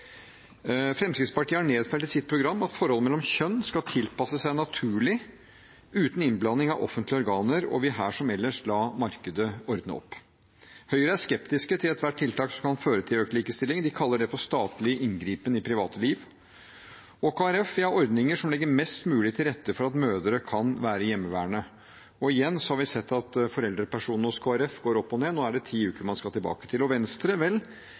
Fremskrittspartiet har nedfelt i sitt program at forholdet mellom kjønn skal tilpasse seg naturlig uten innblanding av offentlige organer, og vil her, som ellers, la markedet ordne opp. Høyre er skeptisk til ethvert tiltak som kan føre til økt likestilling. De kaller det for statlig inngripen i private liv. Kristelig Folkeparti vil ha ordninger som legger mest mulig til rette for at mødre kan være hjemmeværende. Igjen har vi sett at foreldrepermisjonen hos Kristelig Folkeparti går opp og ned – nå er det ti uker man skal tilbake til. Venstre – vel,